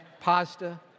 pasta